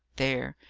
there,